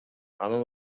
анын